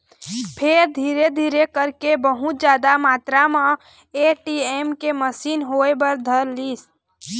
फेर धीरे धीरे करके बहुत जादा मातरा म ए.टी.एम के मसीन होय बर धरलिस